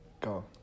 go